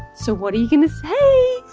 so what are you going to say.